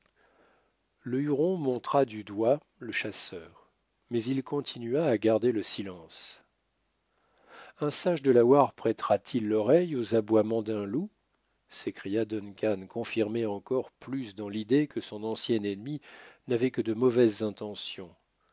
le huron montra du doigt le chasseur mais il continua à garder le silence un sage delaware prêtera t il l'oreille aux aboiements d'un loup s'écria duncan confirmé encore plus dans l'idée que son ancien ennemi n'avait que de mauvaises intentions